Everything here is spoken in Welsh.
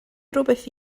rhywbeth